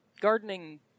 Gardening